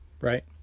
right